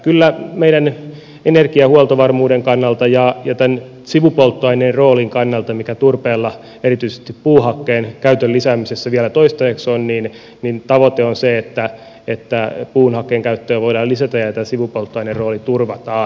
kyllä meidän energia ja huoltovarmuuden kannalta ja tämän sivupolttoaineen roolin kannalta mikä turpeella erityisesti puuhakkeen käytön lisäämisessä vielä toistaiseksi on tavoite on se että puuhakkeen käyttöä voidaan lisätä ja tämä sivupolttoainerooli turvataan